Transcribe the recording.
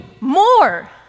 more